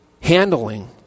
handling